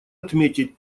отметить